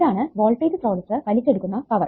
ഇതാണ് വോൾടേജ് സ്രോതസ്സ് വലിച്ചെടുക്കുന്ന പവർ